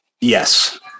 Yes